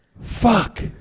fuck